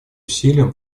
усилиям